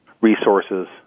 resources